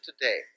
today